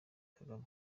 kagame